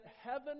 heaven